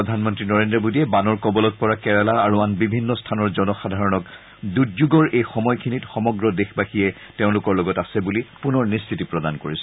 প্ৰধানমন্ত্ৰী নৰেন্দ্ৰ মোডীয়ে বানৰ কবলত পৰা কেৰালা আৰু আন বিভিন্ন স্থানৰ জনসাধাৰণক দুৰ্যোগৰ এই সময়খিনিত সমগ্ৰ দেশবাসীয়ে তেওঁলোকৰ লগত আছে বুলি পুনৰ নিশ্চিতি প্ৰদান কৰিছে